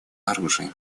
оружием